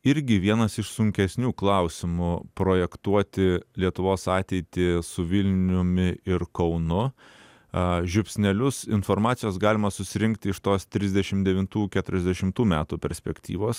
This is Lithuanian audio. irgi vienas iš sunkesnių klausimų projektuoti lietuvos ateitį su vilniumi ir kaunu a žiupsnelius informacijos galima susirinkti iš tos trisdešim devintų keturiasdešimtų metų perspektyvos